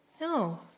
No